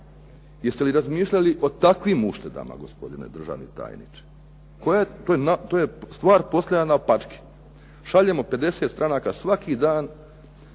Jeste li razmišljali o takvim uštedama gospodine državni tajniče? To je stvar postavljena naopačke. Šaljemo 50 stranaka svaki dan